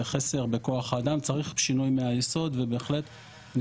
וחסר בכוח האדם צריך שינוי מהייסוד ובהחלט אני